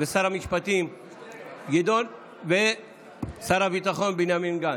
שר המשפטים גדעון, ושר הביטחון בנימין גנץ.